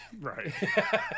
right